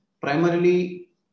primarily